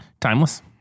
Timeless